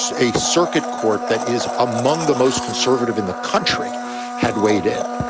so a circuit court that is among the most conservative in the country had weighed in.